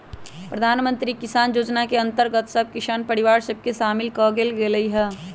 प्रधानमंत्री किसान जोजना के अंतर्गत सभ किसान परिवार सभ के सामिल क् लेल गेलइ ह